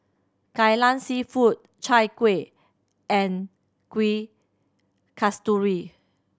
Kai Lan Seafood Chai Kueh and Kuih Kasturi